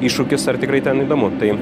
iššūkis ar tikrai ten įdomu tai